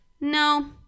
No